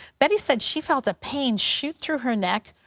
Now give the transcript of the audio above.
betty said she felt a pain shoot through her neck.